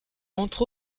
entre